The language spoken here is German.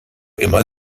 immer